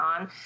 on